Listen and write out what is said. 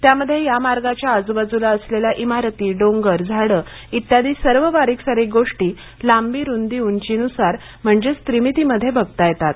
त्यामध्ये या मार्गाच्या आजूबाजूला असलेल्या इमारती डोंगर झाडे इत्यादी सर्व बारीक सारीक गोष्टी लांबी रुदी उंची नुसार म्हणजेच त्रिमितीमध्ये बघता येतात